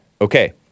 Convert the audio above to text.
Okay